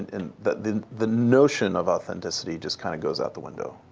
and the the notion of authenticity just kind of goes out the window.